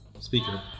Speaker